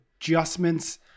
adjustments